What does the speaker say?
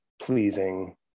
pleasing